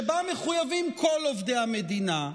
שבה מחויבים כל עובדי המדינה,